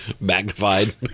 magnified